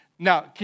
Now